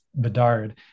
Bedard